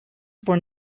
were